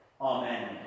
Amen